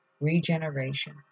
regeneration